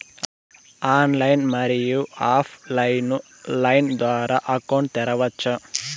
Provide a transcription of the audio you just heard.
Online, మరియు offline line ద్వారా account తెరవచ్చా?